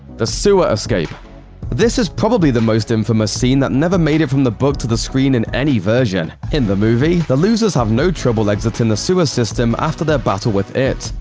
the sewer escape this is probably the most infamous scene that never made it from the book to the screen in any version. in the movie, the losers have no trouble exiting the sewer system after their battle with it.